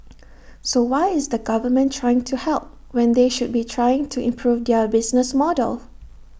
so why is the government trying to help when they should be trying to improve their business model